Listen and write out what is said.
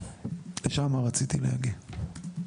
לשם רציתי להגיע,